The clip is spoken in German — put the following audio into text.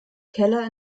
keller